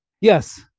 Yes